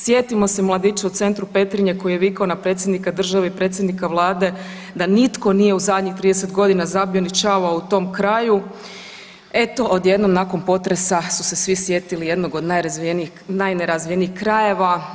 Sjetimo se mladića u centru Petrinje koji je vikao na predsjednika države i predsjednika Vlade da nitko nije u zadnjih 30 godina zabio ni čavao u tom kraju eto odjednom nakon potresa su se svi sjetili jednog od najnerazvijenijih krajeva.